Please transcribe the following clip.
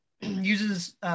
uses